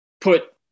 put